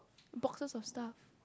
boxes of stuff